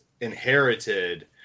inherited